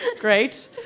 Great